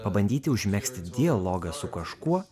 pabandyti užmegzti dialogą su kažkuo